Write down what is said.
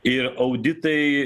ir auditai